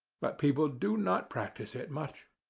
but people do not practise it much.